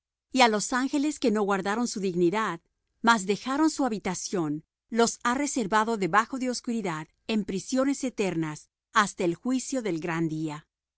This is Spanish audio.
y á los ángeles que no guardaron su dignidad mas dejaron su habitación los ha reservado debajo de oscuridad en prisiones eternas hasta el juicio del gran día